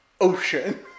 ocean